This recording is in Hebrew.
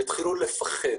הם יתחילו לפחד.